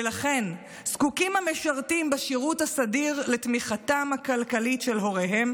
ולכן זקוקים המשרתים בשירות הסדיר לתמיכתם הכלכלית של הוריהם,